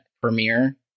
Premiere